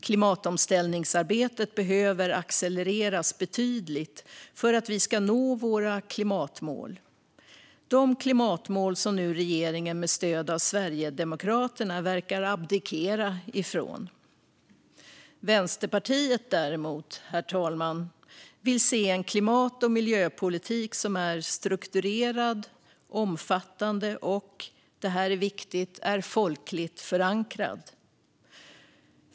Klimatomställningsarbetet behöver accelereras betydligt om vi ska nå våra klimatmål - de klimatmål som nu regeringen, med stöd av Sverigedemokraterna, verkar abdikera från. Herr talman! Vänsterpartiet vill däremot se en klimat och miljöpolitik som är strukturerad, omfattande och - detta är viktigt - folkligt förankrad.